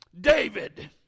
David